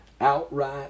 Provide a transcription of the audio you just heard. outright